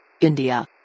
India